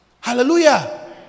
Hallelujah